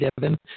given